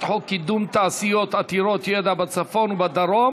חוק קידום תעשיות עתירות ידע בצפון ובדרום